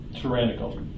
tyrannical